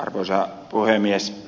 arvoisa puhemies